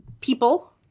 people